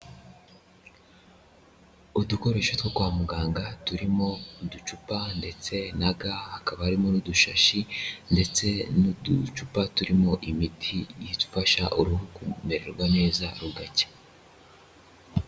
Udukoresho two kwa muganga turimo uducupa ndetse na ga, hakaba harimo n'udushashi ndetse n'uducupa turimo imiti ifasha uruhu kumererwa neza rugacya.